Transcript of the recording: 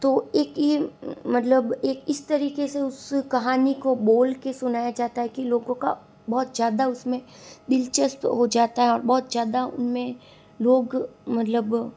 तो एक ये मतलब एक इस तरीक़े से उस कहानी को बोल कर सुनाया जाता है कि लोगों की बहुत ज़्यादा उस में दिलचस्पी हो जाती है और बहुत ज़्यादा उन में लोग मतलब